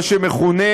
מה שמכונה